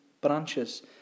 branches